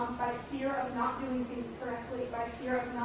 fear of not doing things correctly, by fear of